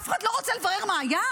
אף אחד לא רוצה לברר מה היה?